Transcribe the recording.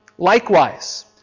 Likewise